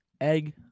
egg